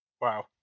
Wow